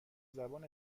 زبان